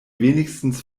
wenigstens